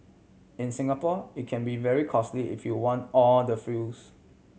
in Singapore it can be very costly if you want all the frills